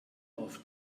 auf